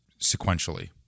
sequentially